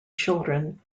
children